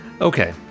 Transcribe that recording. Okay